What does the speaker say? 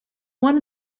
one